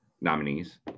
nominees